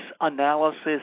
analysis